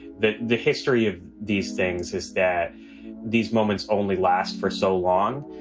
the the history of these things is that these moments only last for so long,